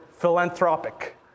philanthropic